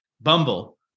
Bumble